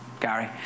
Gary